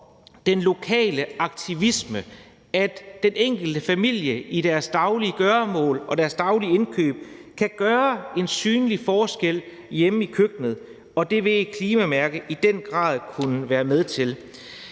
den lokale aktivisme, at den enkelte familie i deres daglige gøremål og deres daglige indkøb kan gøre en synlig forskel hjemme i køkkenet, og det vil et klimamærke i den grad kunne være med til.